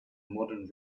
modern